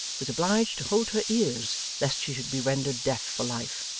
was obliged to hold her ears lest she should be rendered deaf for life.